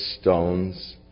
stones